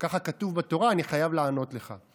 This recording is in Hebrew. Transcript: שככה כתוב בתורה, אני חייב לענות לך.